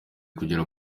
kugera